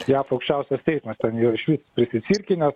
jav aukščiausias ten yra išvis prisicirkinęs